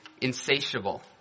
insatiable